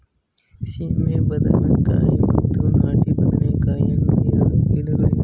ಸೀಮೆ ಬದನೆಕಾಯಿ ಮತ್ತು ನಾಟಿ ಬದನೆಕಾಯಿ ಅನ್ನೂ ಎರಡು ವಿಧಗಳಿವೆ